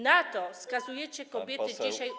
Na to skazujecie kobiety dzisiaj.